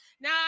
now